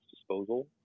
Disposal